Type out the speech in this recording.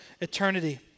eternity